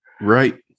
Right